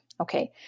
Okay